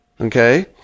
Okay